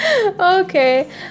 okay